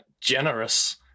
Generous